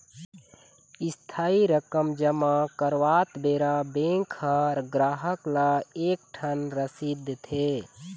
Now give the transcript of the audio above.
इस्थाई रकम जमा करवात बेरा बेंक ह गराहक ल एक ठन रसीद देथे